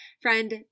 Friend